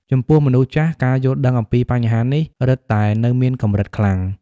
ចំពោះមនុស្សចាស់ ការយល់ដឹងអំពីបញ្ហានេះរឹតតែនៅមានកម្រិតខ្លាំង។